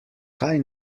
kaj